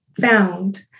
found